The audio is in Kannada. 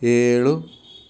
ಏಳು